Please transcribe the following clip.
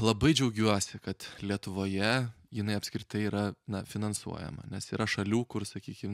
labai džiaugiuosi kad lietuvoje jinai apskritai yra finansuojama nes yra šalių kur sakykim